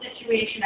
situation